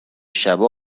شبه